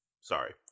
Sorry